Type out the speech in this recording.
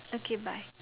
okay bye